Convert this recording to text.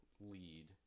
lead